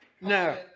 No